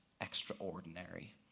extraordinary